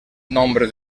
nombre